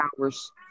hours